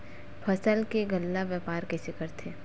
फसल के गल्ला व्यापार कइसे करथे?